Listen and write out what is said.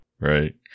right